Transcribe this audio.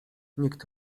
nikt